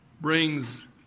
brings